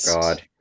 God